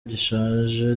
gishaje